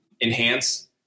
enhance